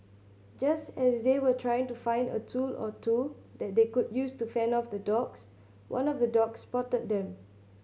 just as they were trying to find a tool or two that they could use to fend off the dogs one of the dogs spotted them